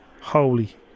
Holy